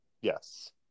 Yes